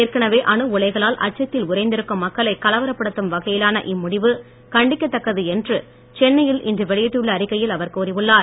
ஏற்கனவே அணு உலைகளால் அச்சத்தில் உரைந்திருக்கும் மக்களை கலவரப்படுத்தும் வகையிலான இம்முடிவு கண்டிக்கத் தக்கது என்று சென்னையில் இன்று வெளியிட்டுள்ள அறிக்கையில் அவர் கூறியுள்ளார்